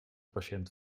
patiënt